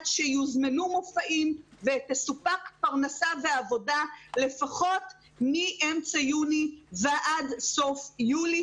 שיוזמנו מופעים ותסופק פרנסה ועבודה לפחות מאמצע יוני ועד סוף יולי,